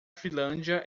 finlândia